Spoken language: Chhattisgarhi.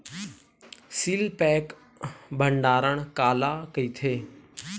सील पैक भंडारण काला कइथे?